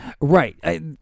Right